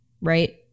right